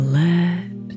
let